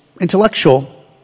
intellectual